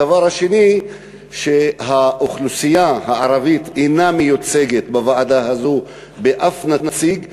הדבר השני הוא שהאוכלוסייה הערבית אינה מיוצגת בוועדה הזו עם אף נציג,